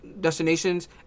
destinations